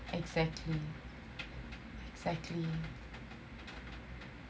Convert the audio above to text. exactly exactly